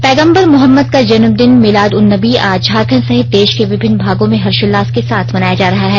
पैगम्बर मोहम्मद का जन्मदिन मिलाद उन नबी आज झारखंड सहित देश के विभिन्न भागों में हर्षोल्लास के साथ मनाया जा रहा है